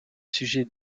sujets